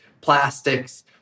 plastics